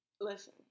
Listen